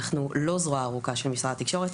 אנחנו לא הזרוע הארוכה של משרד התקשורת,